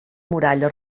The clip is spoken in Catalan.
muralla